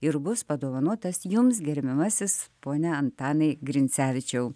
ir bus padovanotas jums gerbiamasis pone antanai grincevičiau